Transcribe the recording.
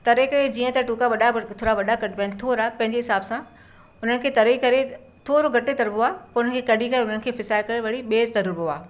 तरे करे जीअं त टूका वॾा थोरा वॾा कटिबा आहिनि थोरा पंहिंजे हिसाब सां हुननि खे तरे करे थोरो घटि तरिबो आहे पोइ हुननि खे कढी करे हुननि खे फिसाए करे वरी ॿीहर तरिबो आहे